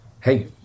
Hey